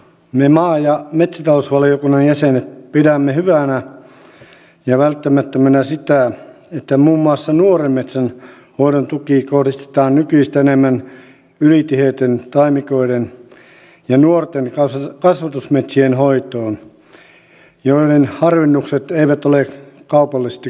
me maa ja metsätalousvaliokunnan jäsenet pidämme hyvänä ja välttämättömänä sitä että muun muassa nuoren metsän hoidon tuki kohdistetaan nykyistä enemmän ylitiheiden taimikoiden ja nuorten kasvatusmetsien hoitoon joiden harvennukset eivät ole kaupallisesti kannattavia